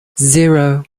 zero